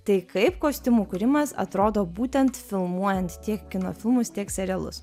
tai kaip kostiumų kūrimas atrodo būtent filmuojant tiek kino filmus tiek serialus